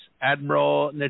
admiral